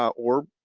or